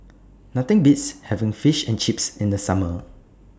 Nothing Beats having Fish and Chips in The Summer